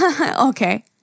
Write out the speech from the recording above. okay